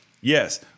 Yes